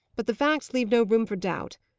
but the facts leave no room for doubt.